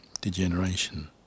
degeneration